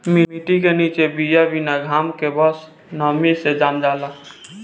माटी के निचे बिया बिना घाम के बस नमी से जाम जाला